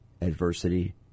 adversity